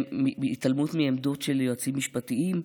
התעלמות מעמדות של יועצים משפטיים.